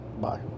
Bye